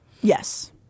Yes